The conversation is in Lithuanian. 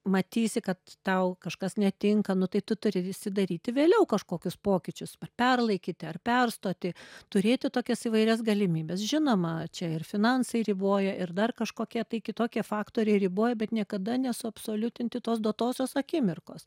matysi kad tau kažkas netinka nu tai tu turėsi daryti vėliau kažkokius pokyčius perlaikyti ar perstoti turėti tokias įvairias galimybes žinoma čia ir finansai riboja ir dar kažkokie kitokie faktoriai riboja bet niekada nesuabsoliutinti tos duotosios akimirkos